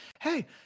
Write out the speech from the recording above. Hey